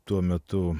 tuo metu